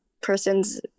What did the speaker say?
person's